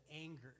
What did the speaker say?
anger